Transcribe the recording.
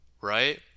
right